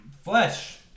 Flesh